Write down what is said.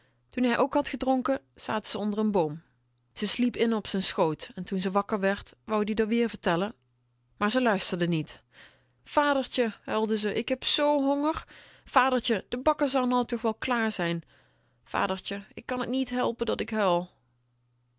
toen hij ook had gedronken zaten ze onder n boom ze sliep in op z'n schoot en toen ze wakker werd wou ie r weer vertellen maar ze luisterde niet vadertje huilde ze ik heb zoo'n honger vadertje de bakker zal nou toch wel klaar zijn vadertje ik kan t niet helpen dat ik huil